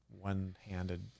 one-handed